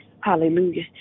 Hallelujah